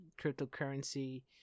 cryptocurrency